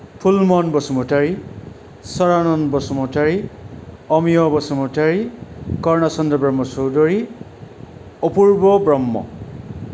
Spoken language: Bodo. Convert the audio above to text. फुलमहन बसुमतारी सदानन्द बसुमतारी अमिय' बसुमतारी कर्ण चन्द्र ब्रह्म चौधुरी अपुर्ब ब्रह्म